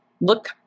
look